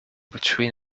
between